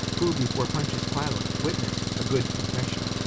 who before pontius pilate witnessed a good confession